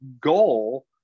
goal